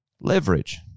Leverage